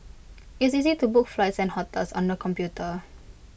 IT is easy to book flights and hotels on the computer